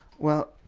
well,